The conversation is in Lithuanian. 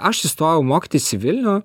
aš įstojau mokytis į vilnių